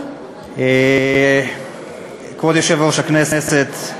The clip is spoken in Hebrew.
כבוד יושב-ראש הכנסת,